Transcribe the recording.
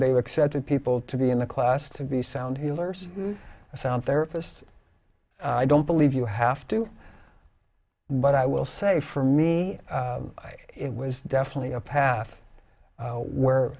be accepted people to be in the class to be sound healers sound therapists i don't believe you have to but i will say for me it was definitely a path where